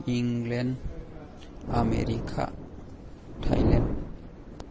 England America Thailand